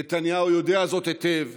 נתניהו יודע זאת היטב,